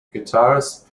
guitarist